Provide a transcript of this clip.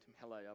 Hello